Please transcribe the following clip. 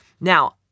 Now